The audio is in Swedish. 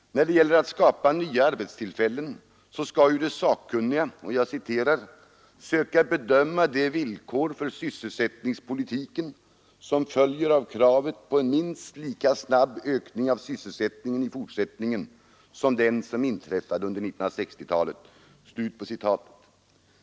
När det gäller att skapa nya arbetstillfällen skall ju de sakkunniga ”söka bedöma de villkor för sysselsättningspolitiken som följer av kravet på en minst lika snabb ökning av sysselsättningen i fortsättningen som den som inträffade under 1960-talet”.